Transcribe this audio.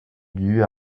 dues